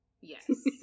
Yes